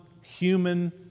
human